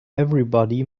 everybody